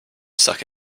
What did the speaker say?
suck